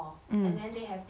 hmm